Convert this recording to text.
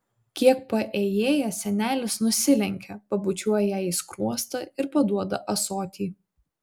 kiek paėjėjęs senelis nusilenkia pabučiuoja jai į skruostą ir paduoda ąsotį